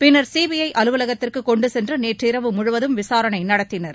பின்னர் சிபிஐ அலுவலகத்திற்கு கொண்டு சென்று நேற்றிரவு முழுவதும் விசாரணை நடத்தினர்